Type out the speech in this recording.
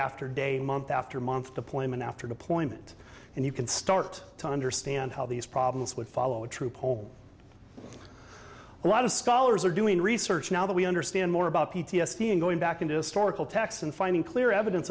after day month after month deployment after deployment and you can start to understand how these problems would follow a true poll a lot of scholars are doing research now that we understand more about p t s d and going back into store caltex and finding clear evidence